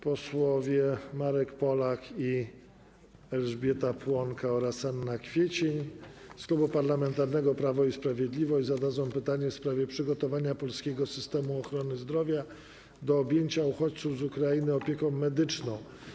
Posłowie Marek Polak, Elżbieta Płonka i Anna Kwiecień z Klubu Parlamentarnego Prawo i Sprawiedliwość zadadzą pytanie w sprawie przygotowania polskiego systemu ochrony zdrowia do objęcia uchodźców z Ukrainy opieką medyczną.